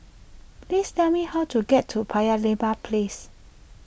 please tell me how to get to Paya Lebar Place